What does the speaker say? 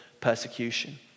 persecution